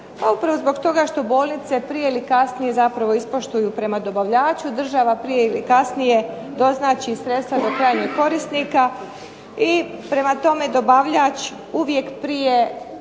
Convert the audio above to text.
upravo zato što bolnice prije ili kasnije ispoštuju prema dobavljaču država, prije ili kasnije doznači sredstva do krajnjeg korisnika. I prema tome dobavljač napravi